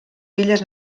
filles